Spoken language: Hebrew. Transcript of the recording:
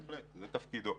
זה תפקידו.